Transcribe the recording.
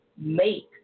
make